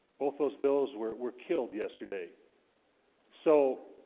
both those bills were were killed yesterday so